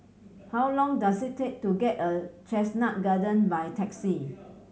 how long does it take to get a Chestnut Garden by taxi